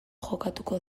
jokatuko